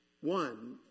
one